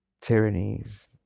tyrannies